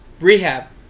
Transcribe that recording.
rehab